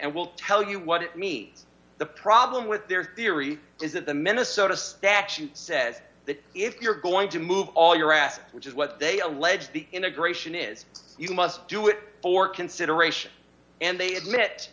and we'll tell you what it means the problem with their theory is that the minnesota statute says that if you're going to move all your assets which is what they allege the integration is you must do it for consideration and they admit